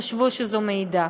חשבו שזו מעידה.